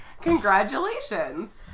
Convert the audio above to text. Congratulations